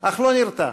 אך לא נרתע.